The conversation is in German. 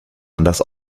anders